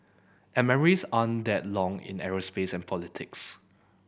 aren't that long in aerospace and politics